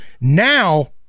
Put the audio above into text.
Now